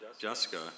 Jessica